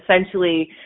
essentially